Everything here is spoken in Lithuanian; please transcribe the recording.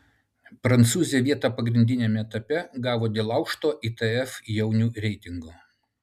prancūzė vietą pagrindiniame etape gavo dėl aukšto itf jaunių reitingo